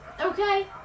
Okay